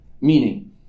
Meaning